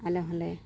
ᱟᱞᱮ ᱦᱚᱸ ᱞᱮ